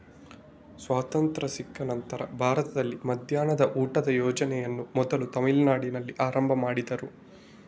ಸ್ವಾತಂತ್ರ್ಯ ಸಿಕ್ಕ ನಂತ್ರ ಭಾರತದಲ್ಲಿ ಮಧ್ಯಾಹ್ನದ ಊಟದ ಯೋಜನೆಯನ್ನ ಮೊದಲು ತಮಿಳುನಾಡಿನಲ್ಲಿ ಆರಂಭ ಮಾಡಿದ್ರು